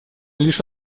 лишь